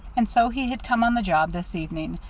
and so he had come on the job this evening,